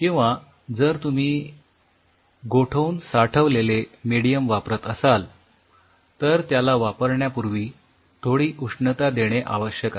किंवा जर तुम्ही गोठवून साठवलेले मेडीयम वापरत असाल तर त्याला वापरण्यापूर्वी थोडी उष्णता देणे आवश्यक आहे